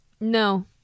No